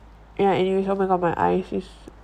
ya anyway oh my god my eye